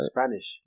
Spanish